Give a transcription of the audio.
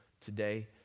today